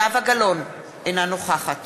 זהבה גלאון, אינה נוכחת